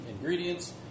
ingredients